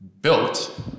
built